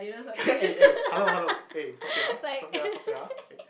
eh eh hello hello eh Sophia Sophia Sophia eh